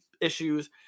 issues